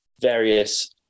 various